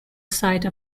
site